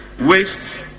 waste